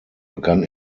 begann